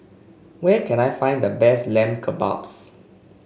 where can I find the best Lamb Kebabs